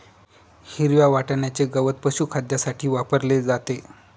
हिरव्या वाटण्याचे गवत पशुखाद्यासाठी वापरले जाते